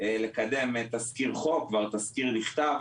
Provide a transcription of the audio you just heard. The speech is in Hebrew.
לקדם את תזכיר החוק והתזכיר נכתב